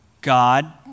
God